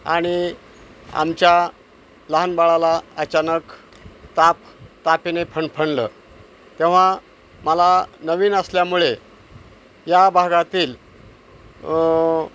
आणि आमच्या लहान बाळाला अचानक ताप तापाने फणफणलं तेव्हा मला नवीन असल्यामुळे या भागातील